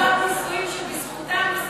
שנות נישואין שבזכותן,